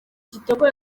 kitoko